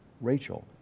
Rachel